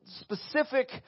specific